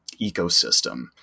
ecosystem